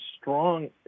strong